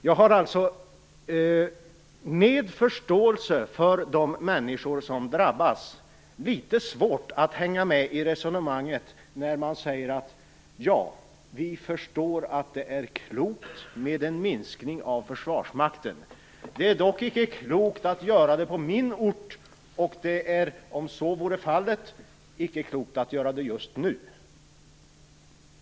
Jag har alltså, med förståelse för de människor som drabbas, litet svårt att hänga med i resonemanget när man säger: Ja, vi förstår att det är klokt med en minskning av försvarsmakten. Det är dock icke klokt att göra det på min ort, och det är, om så vore fallet, icke klokt att göra det just nu.